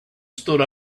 stood